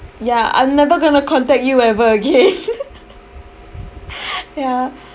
ya I'm never gonna contact you ever again ya